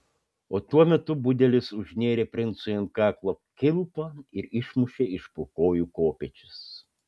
o tuo metu budelis užnėrė princui ant kaklo kilpą ir išmušė iš po kojų kopėčias